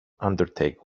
undertake